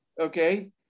Okay